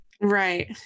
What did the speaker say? Right